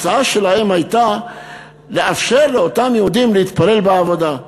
ההצעה שלהם הייתה לאפשר לאותם יהודים להתפלל בעבודה.